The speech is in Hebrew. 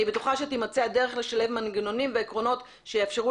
אני בטוחה שתמצא הדרך לשלב מנגנונים ועקרונות שיאפשרו